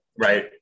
Right